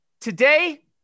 Today